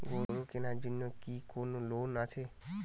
গরু কেনার জন্য কি কোন লোন আছে?